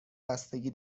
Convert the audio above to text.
بستگی